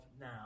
now